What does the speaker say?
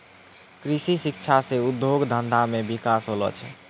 कृषि शिक्षा से उद्योग धंधा मे बिकास होलो छै